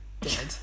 Dead